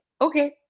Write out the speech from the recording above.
Okay